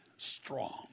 Strong